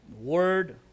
Word